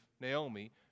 Naomi